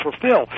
fulfill